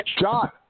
John